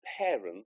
parents